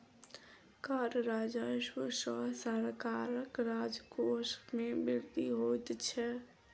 कर राजस्व सॅ सरकारक राजकोश मे वृद्धि होइत छै